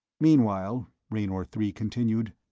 meanwhile, raynor three continued,